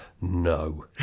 no